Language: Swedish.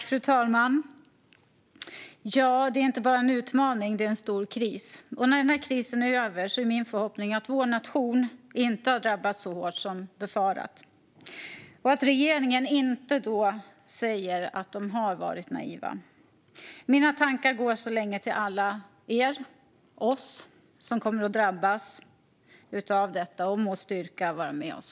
Fru talman! Ja, det är inte bara en utmaning. Det är en stor kris. När denna kris är över är min förhoppning att vår nation inte har drabbats så hårt som man har befarat och att regeringen inte säger att de har varit naiva. Mina tankar går så länge till alla er - oss - som kommer att drabbas av detta. Må styrka vara med oss.